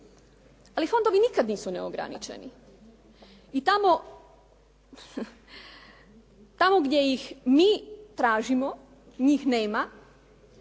Ali fondovi nikada nisu neograničeni. I tamo, tamo gdje ih mi tražimo njih nema,